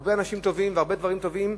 הרבה אנשים טובים והרבה דברים טובים,